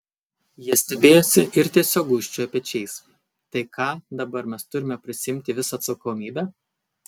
jie stebėjosi ir tiesiog gūžčiojo pečiais tai ką dabar mes turime prisiimti visą atsakomybę